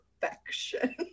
perfection